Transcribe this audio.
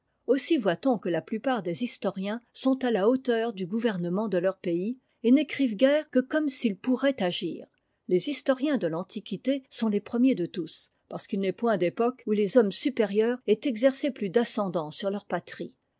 aussi voit-on que la plupart des historiens sont à la hauteur du gouvernement de leur pays et n'écrivent guère que comme ils pourraient agir les historiens de l'antiquité sont les premiers de tous parce qu'il n'est point d'époque où les hommes supérieurs aient exercé plus d'ascendant sur leur patrie